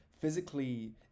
physically